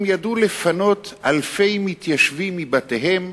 הן ידעו לפנות אלפי מתיישבים מבתיהם